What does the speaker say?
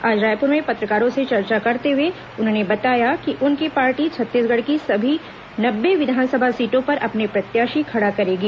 आज रायपुर में पत्रकारों से चर्चा करते हुए उन्होंने बताया कि उनकी पार्टी छत्तीसगढ़ की सभी नब्बे विधानसभा सीटों पर अपने प्रत्याशी खड़ा करेगी